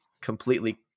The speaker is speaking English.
completely